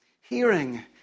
Hearing